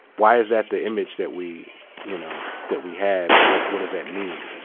why is that the image that we you know that we have, and what what does that mean?